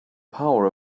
power